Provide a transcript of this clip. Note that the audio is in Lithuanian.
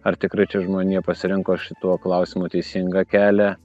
ar tikrai čia žmonija pasirinko šituo klausimu teisingą kelią